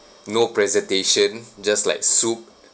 no presentation just like soup